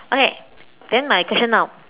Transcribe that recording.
okay then my question now